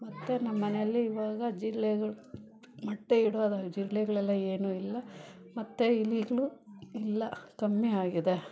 ಮತ್ತು ನಮ್ಮಮನೆಯಲ್ಲಿ ಇವಾಗ ಜಿರಳೆಗಳು ಮೊಟ್ಟೆ ಇಡೋಲ್ಲ ಜಿರಳೆಗ್ಳೆಲ್ಲ ಏನು ಇಲ್ಲ ಮತ್ತು ಇಲಿಗಳು ಇಲ್ಲ ಕಮ್ಮಿ ಆಗಿದೆ